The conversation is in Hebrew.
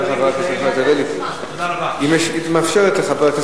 אם חברת הכנסת חוטובלי מאפשרת לחבר הכנסת